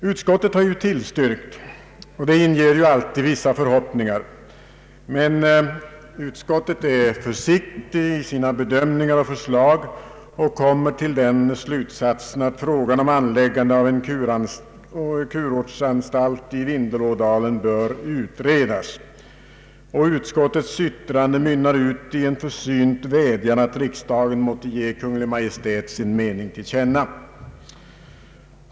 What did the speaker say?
Utskottet har ju tillstyrkt motionens tanke — och det inger vissa förhoppningar — men utskottet är försiktigt i sina bedömningar och förslag och har kommit till den slutsatsen att frågan om anläggandet av en kuranstalt i Vindelådalen bör utredas. Utskottets yttrande mynnar ut i en försynt vädjan att riksdagen måtte ge Kungl. Maj:t sin mening till känna.